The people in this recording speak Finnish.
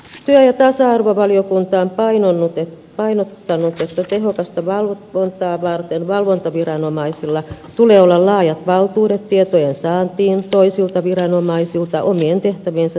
työ ja tasa arvovaliokunta on painottanut että tehokasta valvontaa varten valvontaviranomaisilla tulee olla laajat valtuudet tietojensaantiin toisilta viranomaisilta omien tehtäviensä suorittamiseksi